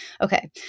Okay